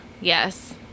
Yes